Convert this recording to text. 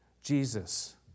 Jesus